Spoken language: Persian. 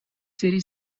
سری